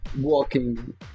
walking